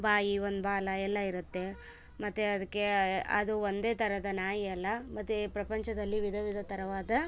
ಬಾಯಿ ಒಂದು ಬಾಲ ಎಲ್ಲ ಇರುತ್ತೆ ಮತ್ತೆ ಅದಕ್ಕೆ ಅದು ಒಂದೆ ಥರದ ನಾಯಿ ಅಲ್ಲ ಮತ್ತೆ ಪ್ರಪಂಚದಲ್ಲಿ ವಿಧ ವಿಧ ಥರದ